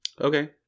Okay